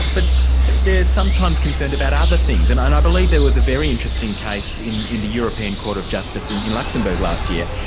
but there's sometimes consent about other things, and i believe there was a very interesting case in the the european court of justice in in luxembourg last year,